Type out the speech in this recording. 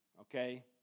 Okay